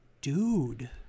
dude